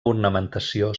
ornamentació